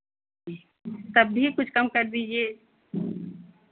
तब भी कुछ कम कर दीजिए